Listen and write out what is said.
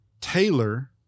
Taylor